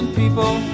people